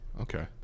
Okay